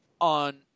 on